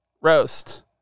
roast